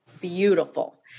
beautiful